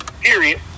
period